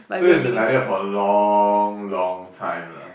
so is been like that for long long time lah